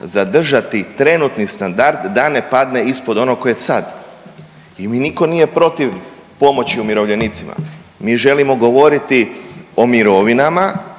zadržati trenutni standard da ne padne ispod onog koji je sad. I mi niko nije protiv pomoći umirovljenicima, mi želimo govoriti o mirovinama